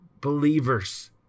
believers